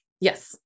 Yes